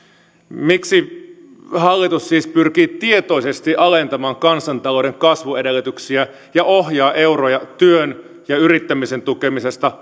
miksi hallitus siis pyrkii tietoisesti alentamaan kansantalouden kasvuedellytyksiä ja ohjaa euroja työn ja yrittämisen tukemisesta